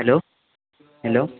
hello hello